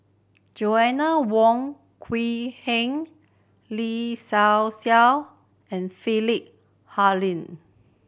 Joanna Wong Quee Heng Lin Hsin Hsin and Philip Hoalim